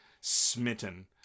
smitten